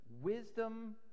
wisdom